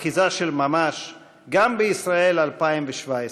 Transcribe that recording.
אחיזה של ממש גם בישראל ב-2017.